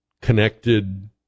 connected